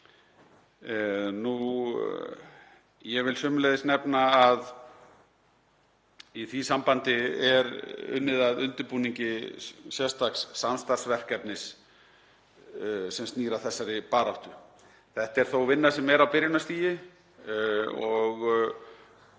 Ég vil sömuleiðis nefna að í því sambandi er unnið að undirbúningi sérstaks samstarfsverkefnis sem snýr að þessari baráttu. Þetta er þó vinna sem er á byrjunarstigi og